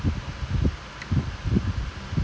he is legit some like um